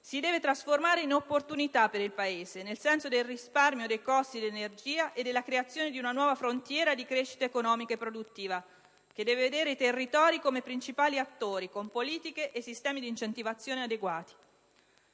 si deve trasformare in opportunità per il Paese, nel senso del risparmio dei costi dell'energia e della creazione di una nuova frontiera di crescita economica e produttiva che deve vedere i territori come principali attori con politiche e sistemi di incentivazione adeguati.